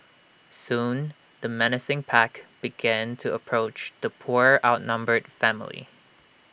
soon the menacing pack began to approach the poor outnumbered family